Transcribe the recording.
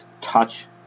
touch